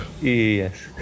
Yes